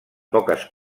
poques